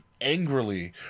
angrily